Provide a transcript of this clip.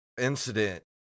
incident